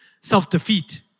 self-defeat